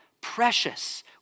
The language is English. precious